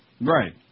Right